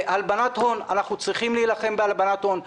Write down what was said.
הלבנת הון אנחנו צריכים להילחם בהלבנת הון,